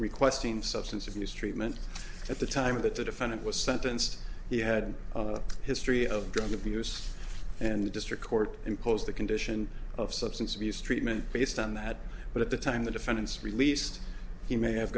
request seem substance abuse treatment at the time of that the defendant was sentenced he had a history of drug abuse and the district court imposed the condition of substance abuse treatment based on that but at the time the defendants released he may have